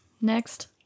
next